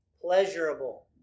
pleasurable